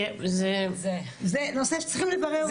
זה נושא שצריכים לברר אותו.